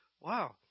wow